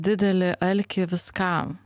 didelį alkį viskam